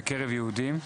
בקרב יהודים,